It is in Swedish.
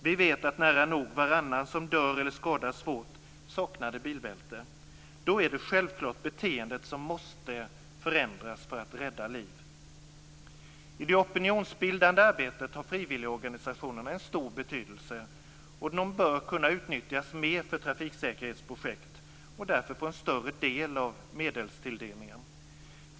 Vi vet att nära nog varannan person som dör eller skadas svårt saknar bilbälte. Då är det självklart beteendet som måste förändras för att rädda liv. I det opinionsbildande arbetet har frivilligorganisationerna en stor betydelse. De bör kunna utnyttjas mer för trafiksäkerhetsprojekt och därför få en större del av medelstilldelningen.